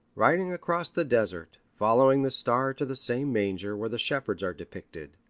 riding across the desert, following the star to the same manger where the shepherds are depicted.